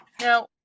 Now